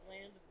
land